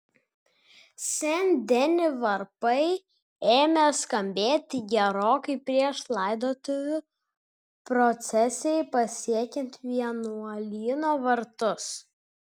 sen deni varpai ėmė skambėti gerokai prieš laidotuvių procesijai pasiekiant vienuolyno vartus